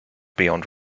beyond